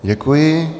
Děkuji.